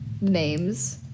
names